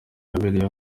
yabereye